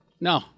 No